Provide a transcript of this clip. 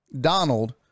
Donald